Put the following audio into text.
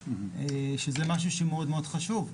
וזה משהו חשוב מאוד.